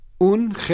Un